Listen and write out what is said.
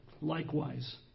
likewise